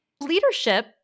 Leadership